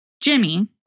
Jimmy